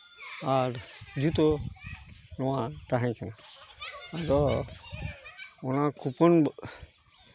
ᱟᱨ ᱡᱩᱛᱟᱹ ᱱᱚᱣᱟ ᱛᱟᱦᱮᱸ ᱠᱟᱱᱟ ᱟᱫᱚ ᱚᱱᱟ ᱠᱩᱯᱚᱱ ᱫᱚ